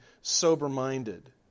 sober-minded